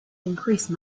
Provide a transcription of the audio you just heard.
increase